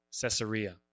Caesarea